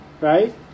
right